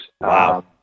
Wow